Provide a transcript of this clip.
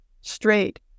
straight